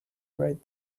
right